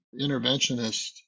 interventionist